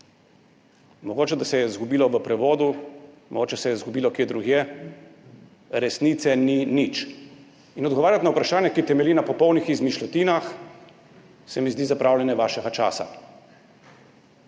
Mogoče, da se je izgubilo v prevodu, mogoče se je izgubilo kje drugje, resnice ni nič. In odgovarjati na vprašanja, ki temeljijo na popolnih izmišljotinah, se mi zdi zapravljanje vašega časa.